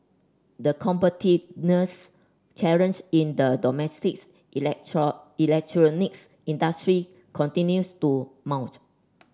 the competitiveness challenge in the domestics electronics industry continues to mount